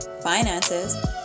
finances